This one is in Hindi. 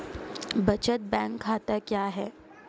बचत बैंक खाता क्या है?